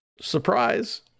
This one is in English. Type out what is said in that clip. Surprise